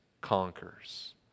conquers